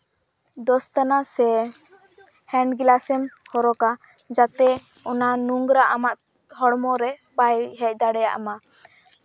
ᱫᱚᱥᱛᱟᱱᱟ ᱥᱮ ᱦᱮᱱᱰᱜᱞᱟᱵᱽᱥᱮᱢ ᱦᱚᱨᱚᱠᱟ ᱡᱟᱛᱮ ᱚᱱᱟ ᱱᱚᱝᱨᱟ ᱟᱢᱟᱜ ᱦᱚᱲᱢᱚᱨᱮ ᱵᱟᱭ ᱦᱮᱡ ᱫᱟᱲᱮᱭᱟᱜ ᱢᱟ